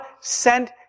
sent